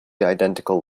identical